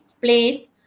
place